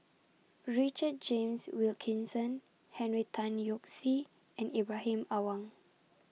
Richard James Wilkinson Henry Tan Yoke See and Ibrahim Awang